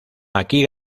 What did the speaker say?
aquí